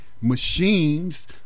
machines